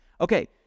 Okay